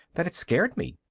that it scared me.